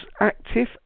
active